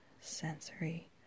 Sensory